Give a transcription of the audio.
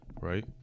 Right